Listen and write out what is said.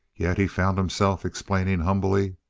yet he found himself explaining humbly.